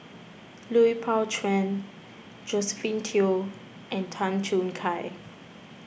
Lui Pao Chuen Josephine Teo and Tan Choo Kai